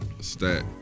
Stat